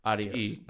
Adios